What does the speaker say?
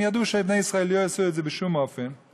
הם ידעו שבני ישראל לא יעשו את זה בשום אופן.